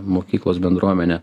mokyklos bendruomenę